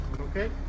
Okay